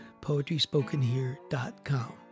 poetryspokenhere.com